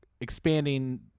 expanding